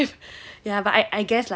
ya but I I guess like